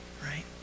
right